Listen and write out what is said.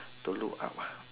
to look up uh